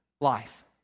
life